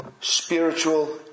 Spiritual